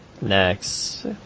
Next